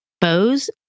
Bows